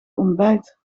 ontbijt